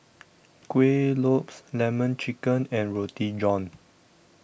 Kueh Lopes Lemon Chicken and Roti John